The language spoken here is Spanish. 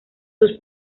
sus